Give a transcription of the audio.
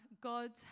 God